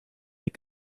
that